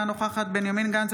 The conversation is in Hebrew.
אינה נוכחת בנימין גנץ,